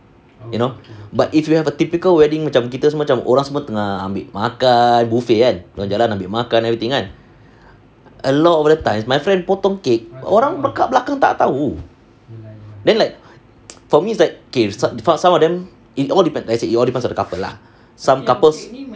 you know but if you have a typical wedding macam kita semua macam orang semua tengah ambil makan buffet kan dorang jalan ambil makan everything kan a lot of the times my friend potong cake orang kat belakang tak tahu then like for me is that okay for some of them it all depends like I said it all depends on the couple lah some couples